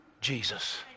Jesus